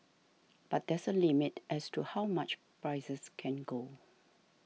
but there's a limit as to how much prices can go